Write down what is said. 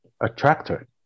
attractor